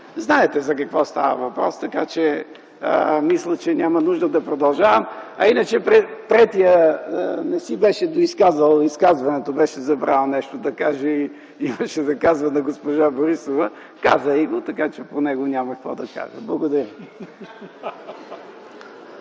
Знаете за какво става въпрос, така че мисля, че няма нужда да продължавам. Третият оратор не си беше доизказал изказването, беше забравил да каже нещо и искаше да казва на госпожа Борисова. Каза й го, така че по него няма какво да кажа. Благодаря.